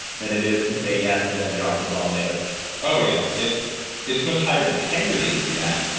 than it is to say yes, and then, drop the ball later oh yeah, it is much higher integrity to do that.